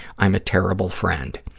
i'm a terrible friend.